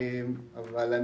אני